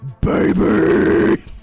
baby